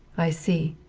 i see.